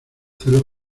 celos